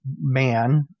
man